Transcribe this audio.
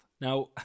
Now